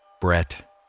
Brett